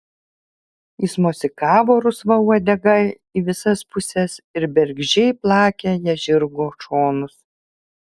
jis mosikavo rusva uodega į visas puses ir bergždžiai plakė ja žirgo šonus